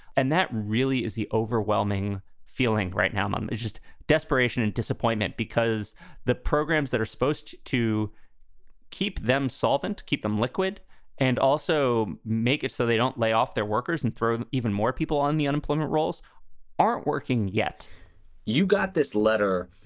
and that really is the overwhelming feeling right now um is just desperation and disappointment, because the programs that are supposed to keep them solvent, keep them liquid and also make it so they don't lay off their workers and throw even more people on the unemployment rolls aren't working yet you got this letter,